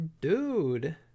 Dude